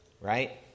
right